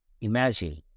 imagine